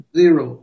zero